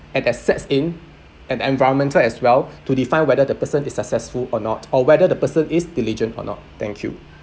and access in an environmental as well to define whether the person is successful or not or whether the person is diligent or not thank you